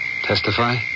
Testify